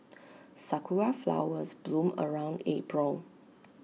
Sakura Flowers bloom around April